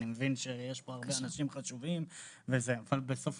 אני מבין שיש פה אנשים חשובים אבל בסופו